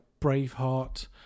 Braveheart